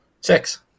Six